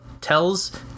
tells